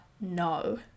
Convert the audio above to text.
no